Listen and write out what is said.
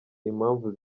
impamvu